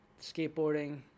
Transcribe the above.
skateboarding